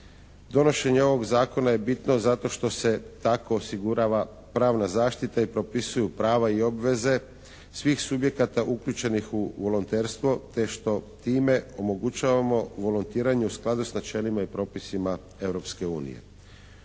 Donošenje ovog zakona je bitno zato što se tako osigurava pravna zaštita i propisuju prava i obveze svih subjekata uključenih u volonterstvo te što time omogućavamo volontiranje u skladu s načelima i propisima